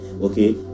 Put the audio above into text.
Okay